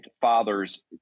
fathers